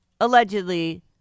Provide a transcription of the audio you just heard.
allegedly